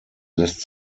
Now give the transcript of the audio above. lässt